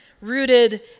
rooted